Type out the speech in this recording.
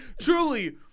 Truly